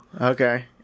okay